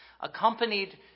accompanied